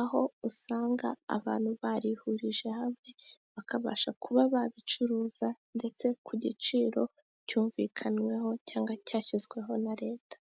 aho usanga abantu barihurije hamwe bakabasha kuba babicuruza ndetse ku giciro cyumvikanyweho , cyangwa cyashyizweho na Leta.